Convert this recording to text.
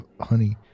honey